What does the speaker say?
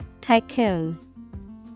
Tycoon